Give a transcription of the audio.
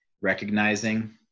recognizing